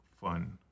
fun